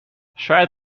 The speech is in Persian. شاید